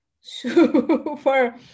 super